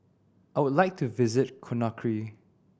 I would like to visit Conakry